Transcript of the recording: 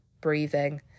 breathing